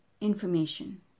information